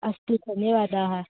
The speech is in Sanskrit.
अस्तु धन्यवादाः